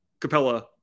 Capella